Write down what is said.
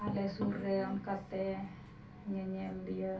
ᱟᱞᱮ ᱥᱩᱨ ᱨᱮ ᱚᱱᱠᱟᱛᱮ ᱧᱮᱧᱮᱞᱤᱭᱟᱹ